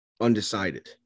undecided